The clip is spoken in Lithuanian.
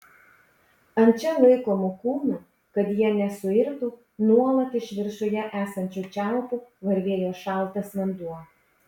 ant čia laikomų kūnų kad jie nesuirtų nuolat iš viršuje esančių čiaupų varvėjo šaltas vanduo